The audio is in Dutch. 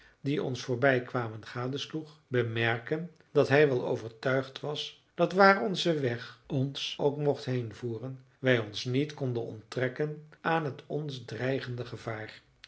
wandelaars die ons voorbijkwamen gadesloeg bemerken dat hij wel overtuigd was dat waar onze weg ons ook mocht heenvoeren wij ons niet konden onttrekken aan het ons dreigende gevaar